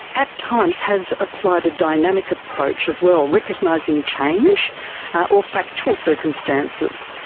at times has applied a dynamic approach as well, recognising change or factual circumstances.